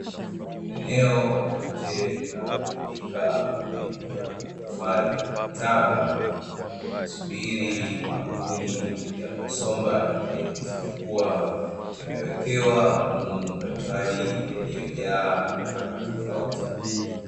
Eneo la nje linalotumika kwa ajili ya kuhifadhi taka, kusubiri kampuni ya kusomba ije kuzichukua, imewekewa madumu mbalimbali iliyojaa taka tofauti.